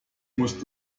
musst